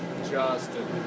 Justin